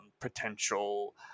potential